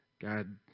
God